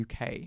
UK